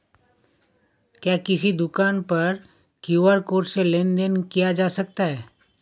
क्या किसी दुकान पर क्यू.आर कोड से लेन देन देन किया जा सकता है?